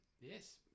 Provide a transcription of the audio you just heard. Yes